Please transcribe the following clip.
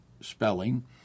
spelling